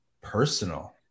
personal